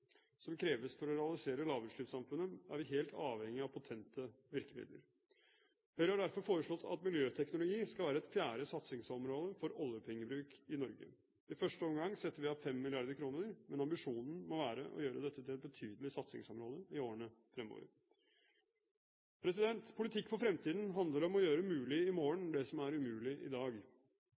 som kreves for å realisere lavutslippssamfunnet, er vi helt avhengige av potente virkemidler. Høyre har derfor foreslått at miljøteknologi skal være et fjerde satsingsområde for oljepengebruk i Norge. I første omgang setter vi av 5 mrd. kr, men ambisjonen må være å gjøre dette til et betydelig satsingsområde i årene fremover. Politikk for fremtiden handler om å gjøre mulig i morgen det som er umulig i dag.